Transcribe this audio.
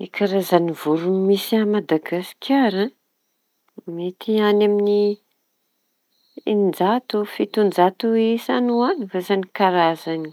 Ny karazañy voro misy a Madagasikara mety any amin'ny enin-jato fiton-jato isa any ho any vasa ny karazañy.